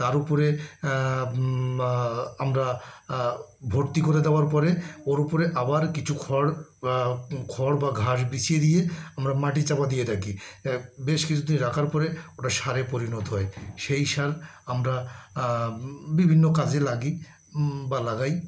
তার উপরে আমরা ভর্তি করে দেওয়ার পরে ওর উপরে আবার কিছু খড় খড় বা ঘাস বিছিয়ে দিয়ে আমরা মাটি চাপা দিয়ে রাখি বেশ কিছুদিন রাখার পরে ওটা সারে পরিণত হয় সেই সার আমরা বিভিন্ন কাজে লাগি বা লাগাই